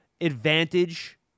advantage